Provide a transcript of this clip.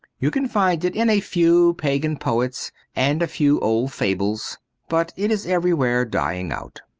you can find it in a few pagan poets and a few old fables but it is everywhere dying out.